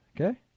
okay